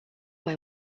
mai